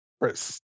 Chris